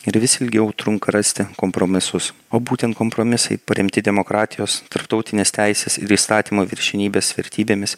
ir vis ilgiau trunka rasti kompromisus o būtent kompromisai paremti demokratijos tarptautinės teisės ir įstatymo viršenybės vertybėmis